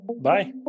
Bye